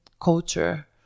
culture